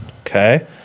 Okay